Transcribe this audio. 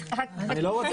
הצבעה פרק ט' לא התקבל.